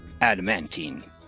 adamantine